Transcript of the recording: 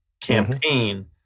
campaign